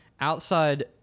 outside